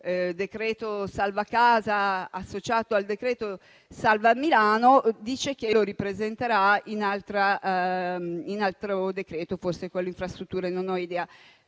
decreto-legge salva casa associato al decreto salva Milano, dice che li ripresenterà in altro decreto, forse quello infrastrutture. A mio